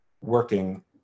working